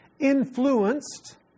influenced